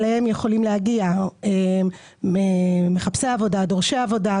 אליהם יכולים להגיע מחפשי עבודה, דורשי עבודה.